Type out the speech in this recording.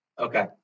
Okay